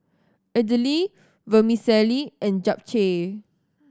Idili Vermicelli and Japchae